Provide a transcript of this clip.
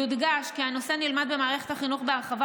יודגש כי הנושא נלמד במערכת החינוך בהרחבה